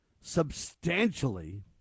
substantially